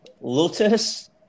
Lotus